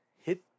hit